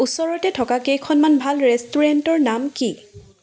ওচৰতে থকা কেইখনমান ভাল ৰেষ্টুৰেণ্টৰ নাম কি